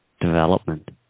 development